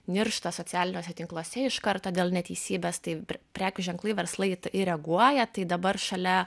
niršta socialiniuose tinkluose iš karto dėl neteisybės tai prekių ženklai verslai į tai reaguoja tai dabar šalia